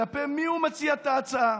כלפי מי הוא מציע את ההצעה?